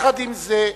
עם זה,